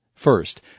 First